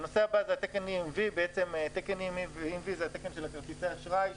הנושא הבא הוא תקן EMV. תקן EMV זה התקן של כרטיסי אשראי,